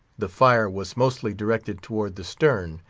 the fire was mostly directed towards the stern,